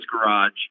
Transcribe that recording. garage